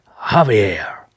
Javier